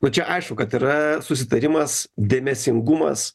nu čia aišku kad yra susitarimas dėmesingumas